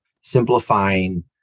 simplifying